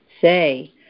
say